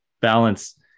balance